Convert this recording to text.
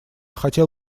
хотел